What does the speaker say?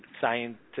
scientific